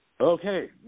Okay